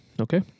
okay